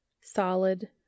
solid